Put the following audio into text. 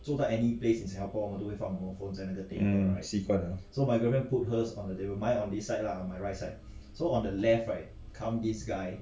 hmm 习惯